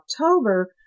October